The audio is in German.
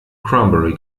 cranberry